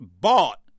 bought